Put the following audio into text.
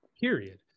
period